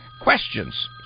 questions